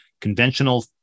conventional